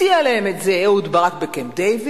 הציע להם את זה אהוד ברק בקמפ-דייוויד,